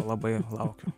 labai laukiu